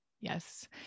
Yes